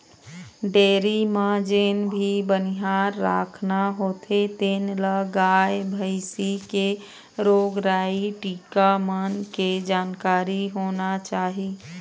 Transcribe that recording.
dairy म जेन भी बनिहार राखना होथे तेन ल गाय, भइसी के रोग राई, टीका मन के जानकारी होना चाही